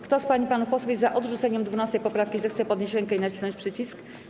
Kto z pań i panów posłów jest za odrzuceniem 12. poprawki, zechce podnieść rękę i nacisnąć przycisk.